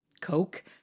coke